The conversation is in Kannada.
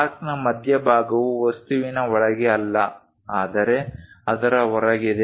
ಆರ್ಕ್ನ ಮಧ್ಯಭಾಗವು ವಸ್ತುವಿನ ಒಳಗೆ ಅಲ್ಲ ಆದರೆ ಅದರ ಹೊರಗಿದೆ